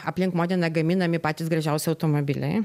aplink modeną gaminami patys gražiausi automobiliai